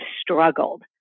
struggled